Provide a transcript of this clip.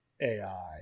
AI